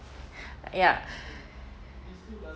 ya